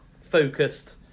focused